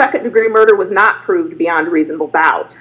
nd degree murder was not proved beyond reasonable doubt